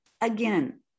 again